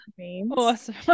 Awesome